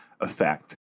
effect